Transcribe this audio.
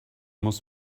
muss